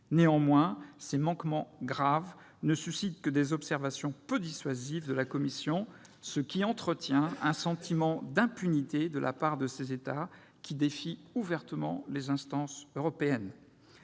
Néanmoins, ces manquements graves ne suscitent que des observations peu dissuasives de la Commission, ce qui entretient un sentiment d'impunité de la part de ces États qui défient ouvertement les instances européennes.